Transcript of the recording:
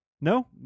No